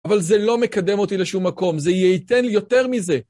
אבל זה לא מקדם אותי לשום מקום, זה ייתן לי יותר מזה.